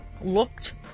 looked